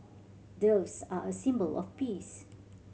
doves are a symbol of peace